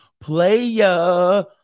player